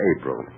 April